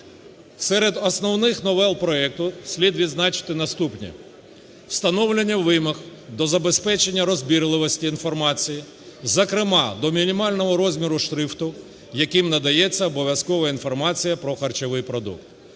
Серед основних новел проекту слід відзначити наступні. Встановлення вимог до забезпечення розбірливості інформації, зокрема, до мінімального розміру шрифту, яким надається обов'язкова інформація про харчовий продукт,